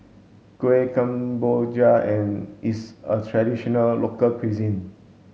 Kueh Kemboja and is a traditional local cuisine